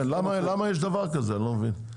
כן, למה יש דבר כזה, אני לא מבין.